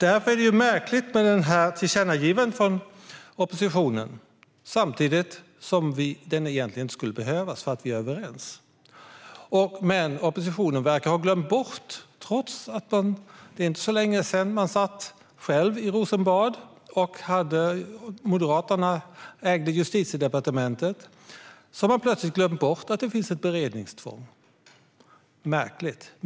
Därför är det märkligt med oppositionens tillkännagivande, då det egentligen inte skulle behövas eftersom vi är överens. Trots att det inte var så länge sedan som man själv satt i Rosenbad och Moderaterna ägde Justitiedepartementet har man plötsligt glömt bort att det finns ett beredningstvång - märkligt.